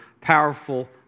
powerful